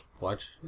watch